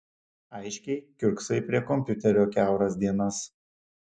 aiškiai kiurksai prie kompiuterio kiauras dienas